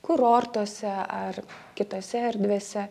kurortuose ar kitose erdvėse